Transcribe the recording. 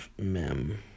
mem